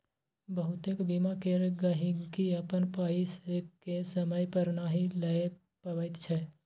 बहुतेक बीमा केर गहिंकी अपन पाइ केँ समय पर नहि लए पबैत छै